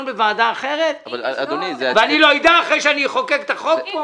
בוועדה אחרת ואני לא אדע אחרי שאני אחוקק את החוק פה?